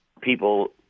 people